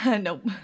Nope